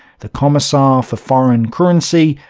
the commissar for foreign currency,